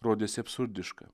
rodėsi absurdiška